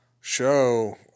show